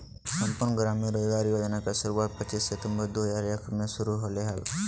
संपूर्ण ग्रामीण रोजगार योजना के शुरुआत पच्चीस सितंबर दु हज़ार एक मे शुरू होलय हल